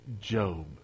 Job